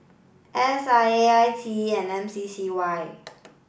S I A I T E and M C C Y